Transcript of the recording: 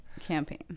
Campaign